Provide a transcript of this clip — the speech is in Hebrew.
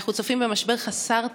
אנחנו צופים במשבר חסר תקדים,